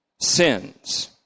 sins